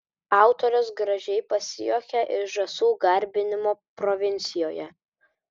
autorius gražiai pasijuokia iš žąsų garbinimo provincijoje